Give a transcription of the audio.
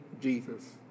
Jesus